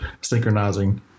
synchronizing